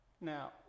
Now